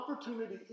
opportunity